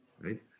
right